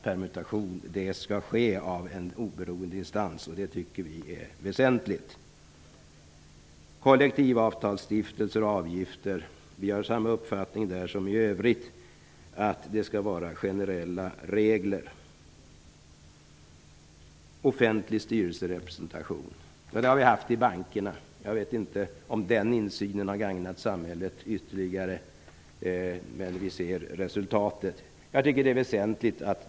Permutation skall ske av en oberoende instans. Det tycker vi är väsentligt. Vi har samma uppfattning om kollektivavtalsstiftelser och avgifter som i övrigt. Det skall vara generella regler. Vi har haft offentlig styrelserepresentation i bankerna. Jag vet inte om den insynen har gagnat samhället, men vi ser resultatet.